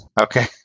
Okay